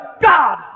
God